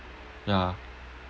ya